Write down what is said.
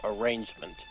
arrangement